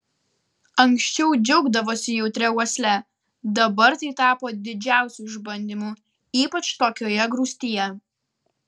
anksčiau džiaugdavosi jautria uosle dabar tai tapo didžiausiu išbandymu ypač tokioje grūstyje